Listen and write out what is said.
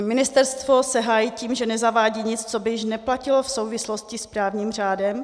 Ministerstvo se hájí tím, že nezavádí nic, co by již neplatilo v souvislosti s právním řádem.